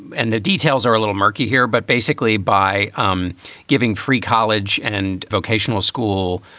and the details are a little murky here. but basically, by um giving free college and vocational school,